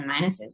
minuses